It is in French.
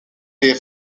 les